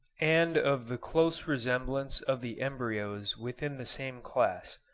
and of the close resemblance of the embryos within the same class.